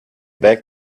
back